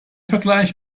vergleich